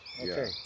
okay